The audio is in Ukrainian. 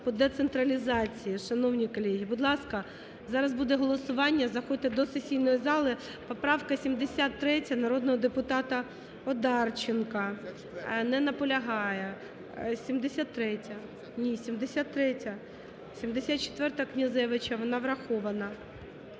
по децентралізації, шановні колеги. Будь ласка, зараз буде голосування, заходьте до сесійної зали. Поправка 73 народного депутата Одарченка. Не наполягає. 73-я. Ні, 73-я. 74-а Князевича, вона врахована.